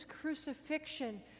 crucifixion